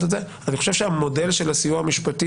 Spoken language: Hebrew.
את זה אני חושב שהמודל של הסיוע המשפטי,